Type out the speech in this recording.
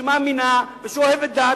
שמאמינה ואוהבת דת,